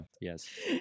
yes